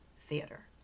theater